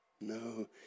No